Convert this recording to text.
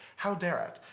how dare it.